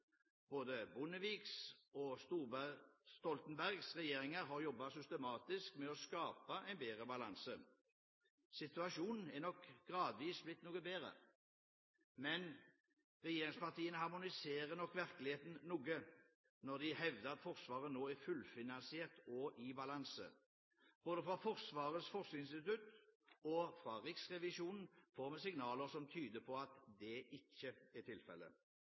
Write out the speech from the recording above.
Både Bondeviks og Stoltenbergs regjeringer har jobbet systematisk med å skape en bedre balanse. Situasjonen er nok gradvis blitt noe bedre. Men regjeringspartiene harmoniserer nok virkeligheten noe når de hevder at Forsvaret nå er «fullfinansiert og i balanse». Både fra Forsvarets forskningsinstitutt og fra Riksrevisjonen får vi signaler som tyder på at det ikke er tilfellet.